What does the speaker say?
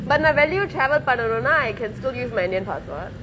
but நா வெளியூரு:naa veliyooru travel பண்ணணுனா:pannanunaa I can still use my indian passport